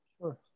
Sure